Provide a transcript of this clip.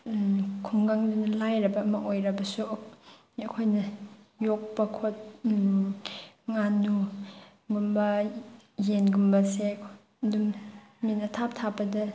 ꯈꯨꯡꯒꯪꯗꯨꯅ ꯂꯥꯏꯔꯕ ꯑꯃ ꯑꯣꯏꯔꯕꯁꯨ ꯑꯩꯈꯣꯏꯅ ꯌꯣꯛꯄ ꯉꯥꯅꯨꯒꯨꯝꯕ ꯌꯦꯟꯒꯨꯝꯕꯁꯦ ꯑꯗꯨꯝ ꯃꯤꯅ ꯊꯥꯞ ꯊꯥꯞꯄꯗ